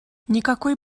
никакой